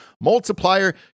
multiplier